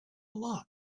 lot